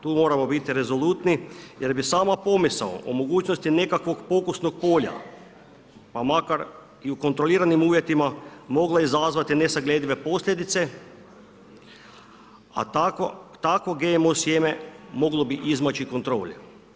Tu moramo biti rezolutni, jer bi sama pomisao o mogućnosti nekakvog pokusnog polja, pa makar i u kontroliranim uvjetima mogla izazvati nesagledive posljedice, a takvo GMO sjeme moglo bi izmaći kontroli.